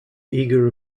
eager